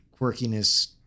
quirkiness